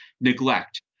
neglect